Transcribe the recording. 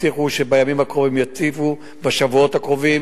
הבטיחו שבימים הקרובים יציבו, בשבועות הקרובים.